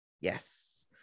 Yes